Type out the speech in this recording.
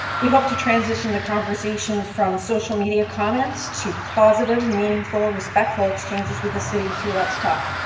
we hope to transition the conversation from social media comments to positive, meaningful, respectful exchanges with the city through let's talk.